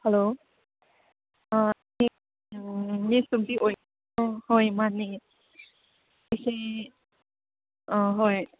hello ꯑꯥ ꯁꯤ ꯎꯝ ꯍꯣꯏ ꯃꯥꯟꯅꯦ ꯑꯩꯁꯦ ꯑꯥ ꯍꯣꯏ